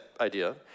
idea